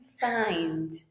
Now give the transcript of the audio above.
find